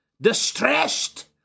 distressed